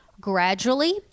gradually